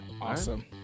Awesome